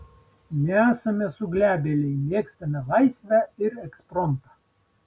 nesame suglebėliai mėgstame laisvę ir ekspromtą